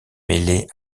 mêlés